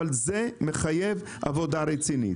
אבל זה מחייב עבודה רצינית.